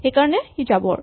সেইকাৰণে ই জাবৰ